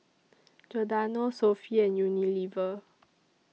Giordano Sofy and Unilever